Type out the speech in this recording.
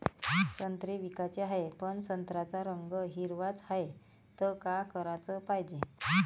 संत्रे विकाचे हाये, पन संत्र्याचा रंग हिरवाच हाये, त का कराच पायजे?